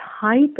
type